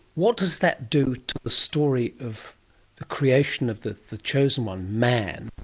what does that do to the story of the creation of the the chosen one, man,